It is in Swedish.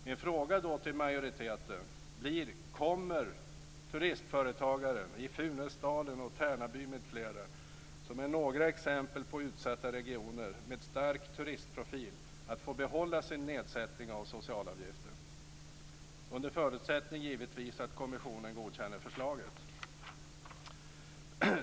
Min fråga går till majoriteten: Kommer turistföretagaren i Funäsdalen och Tärnaby, som är några exempel på utsatta regioner med stark turistprofil, att få behålla sin nedsättning av socialavgiften - under förutsättning att kommissionen godkänner förslaget?